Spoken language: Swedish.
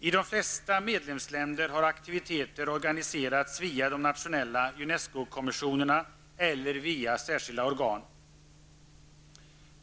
I de flesta medlemsländer har aktiviteter organiserats via de nationella Unescokommissionerna eller via särskilda organ.